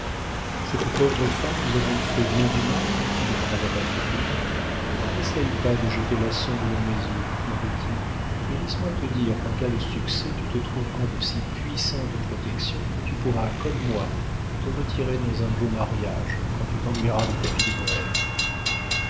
cette pauvre femme vous a donc fait bien du mal demanda la palférine n'essaie pas de jeter la sonde dans mes eaux mon petit et laisse-moi te dire qu'en cas de succès tu te trouveras de si puissantes protections que tu pourras comme moi te retirer dans un beau mariage quand tu t'ennuieras de ta vie de bohême